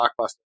Blockbuster